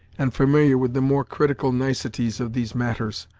and familiar with the more critical niceties of these matters,